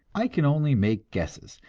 i can only make guesses,